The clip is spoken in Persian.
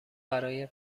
برای